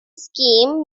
scheme